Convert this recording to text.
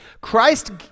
Christ